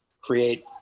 create